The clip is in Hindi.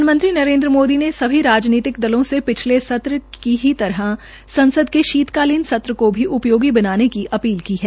प्रधानमंत्री नरेन्द्र मोदी ने सभी राजनीतिक दलों से पिछले सत्र की ही तरह संसद के शीतकालीन सत्र को भी उपयोगी बनाने की अपील की है